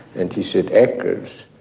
and he said eccles,